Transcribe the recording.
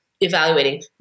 evaluating